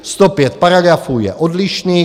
Sto pět paragrafů je odlišných.